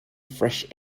fresh